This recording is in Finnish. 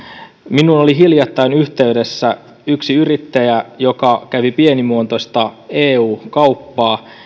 minuun oli hiljattain yhteydessä yksi yrittäjä joka kävi pienimuotoista eu kauppaa